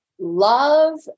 love